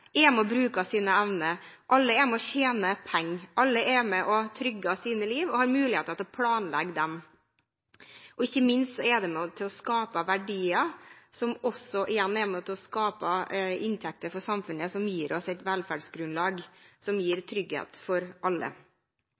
sine evner, alle er med og tjener penger, alle er med og trygger sitt liv og har mulighet til å planlegge det – og ikke minst er det med på å skape verdier, som igjen er med på å skape inntekter for samfunnet, som gir oss et velferdsgrunnlag med trygghet for alle.